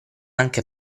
anche